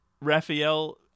Raphael